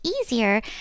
easier